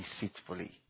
deceitfully